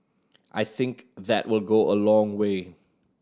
I think that will go a long way